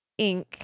Inc